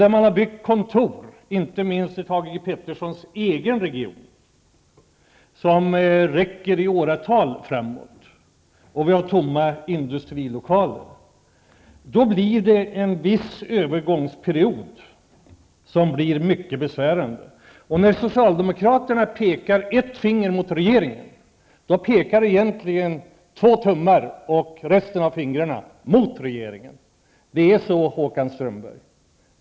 Det har byggts kontor, inte minst i Thage G Petersons egen region, som räcker i åratal. Dessutom har vi tomma industrilokaler. På grund härav får vi en övergångsperiod som blir mycket besvärande. När socialdemokraterna pekar ett finger mot regeringen, pekar egentligen två tummar och resten av fingrarna mot regeringen. Det är på det sättet, Håkan Strömberg.